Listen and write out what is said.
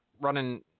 running